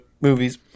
movies